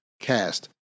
cast